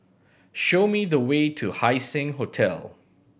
show me the way to Haising Hotel